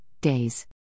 Days